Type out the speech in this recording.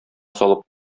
салып